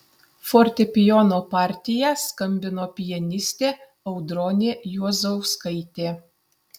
fortepijono partiją skambino pianistė audronė juozauskaitė